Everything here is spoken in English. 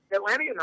Atlanta